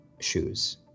shoes